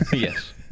yes